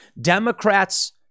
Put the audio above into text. Democrats